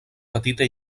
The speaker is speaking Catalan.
petita